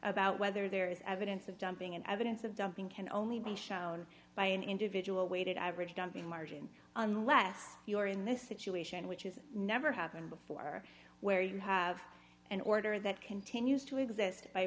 about whether there is evidence of dumping and evidence of dumping can only be shown by an individual weighted average dumping margin unless you are in this situation which has never happened before where you have an order that continues to exist by